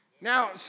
now